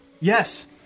Yes